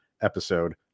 episode